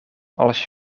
als